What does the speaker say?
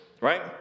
right